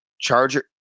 Charger